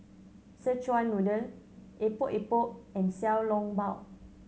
Szechuan Noodle Epok Epok and Xiao Long Bao